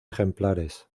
ejemplares